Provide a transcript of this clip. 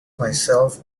myself